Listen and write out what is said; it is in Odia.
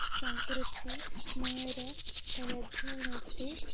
ସଂସ୍କୃତିମୟର ରୀତିନୀତି